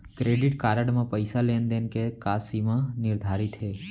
Credit card म पइसा लेन देन के का सीमा निर्धारित हे?